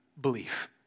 belief